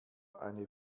eine